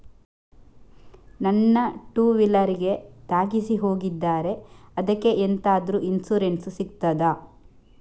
ನನ್ನ ಟೂವೀಲರ್ ಗೆ ತಾಗಿಸಿ ಹೋಗಿದ್ದಾರೆ ಅದ್ಕೆ ಎಂತಾದ್ರು ಇನ್ಸೂರೆನ್ಸ್ ಸಿಗ್ತದ?